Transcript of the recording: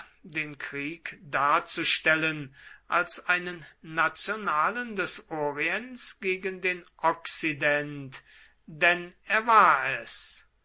den krieg darzustellen als einen nationalen des orients gegen den okzident denn er war es